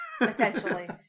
Essentially